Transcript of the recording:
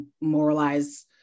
moralize